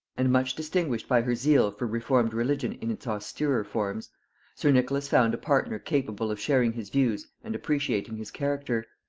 and much distinguished by her zeal for reformed religion in its austerer forms sir nicholas found a partner capable of sharing his views and appreciating his character.